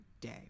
day